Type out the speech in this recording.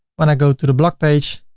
when i go to the blog page,